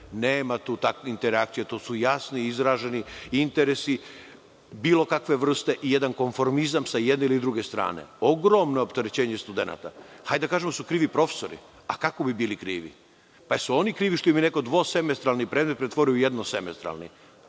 Nema tu interakcije. Tu su jasno izraženi interesi bilo kakve vrste i jedan konformizam sa jedne ili druge strane. Ogromno opterećenje studenata. Hajde da kažemo da su krivi profesori. A kako bi bili krivi? Jesu li oni krivi što im je neko dvosemestralni predmet pretvorio u jednosemestralni?